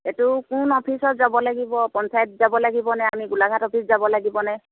এইটো কোন অফিচত যাব লাগিব পঞ্চায়ত যাব লাগিবনে আমি গোলাঘাট অফিচ যাব লাগিব নে